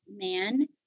man